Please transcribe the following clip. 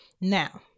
now